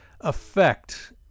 affect